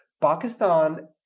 Pakistan